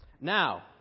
Now